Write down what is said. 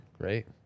Great